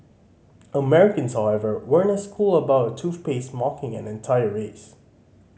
Americans however weren't as cool about a toothpaste mocking an entire race